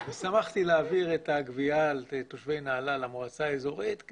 ושמחתי להעביר את הגבייה למועצה האזורית של תושבי נהלל כי